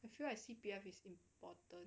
I feel like C_P_F is important